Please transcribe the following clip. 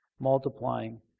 multiplying